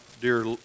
dear